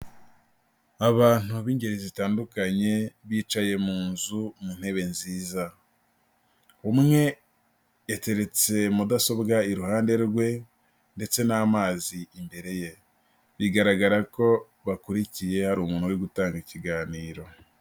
Abantu b'ingeri zitandukanye bicaye mu nzu mu ntebe nziza, umwe yateretse mudasobwa iruhande rwe ndetse n'amazi imbere ye, bigaragara ko bakurikiye hari umuntu uri gutanga ikiganiro.